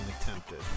attempted